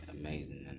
amazing